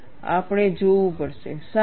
આપણે જોવું પડશે શા માટે